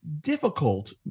difficult